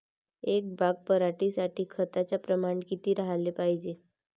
एक बॅग पराटी साठी खताचं प्रमान किती राहाले पायजे?